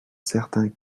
certains